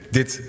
Dit